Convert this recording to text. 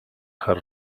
her